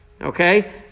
Okay